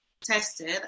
tested